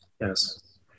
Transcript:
Yes